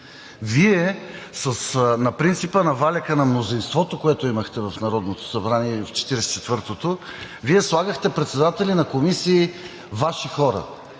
Вие на принципа на валяка на мнозинството, което имахте в 44-тото народно събрание, Вие слагахте председатели на комисии Ваши хора,